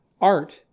Art